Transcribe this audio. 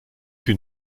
que